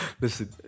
listen